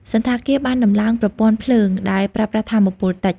សណ្ឋាគារបានតម្លើងប្រព័ន្ធភ្លើងដែលប្រើប្រាស់ថាមពលតិច។